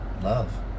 love